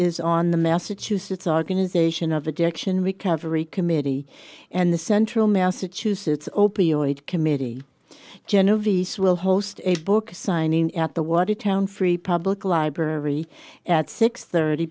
is on the massachusetts organization of addiction recovery committee and the central massachusetts opioid committee genovese will host a book signing at the water town free public library at six thirty